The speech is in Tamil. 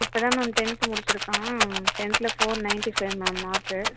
இப்போ தான் மேம் டென்த்து முடிச்சுருக்கான் டென்த்தில் four ninety five ma'am mark